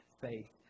faith